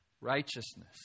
righteousness